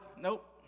nope